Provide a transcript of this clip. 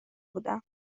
بودم